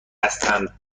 هستند